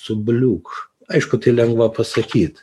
subliūkš aišku tai lengva pasakyt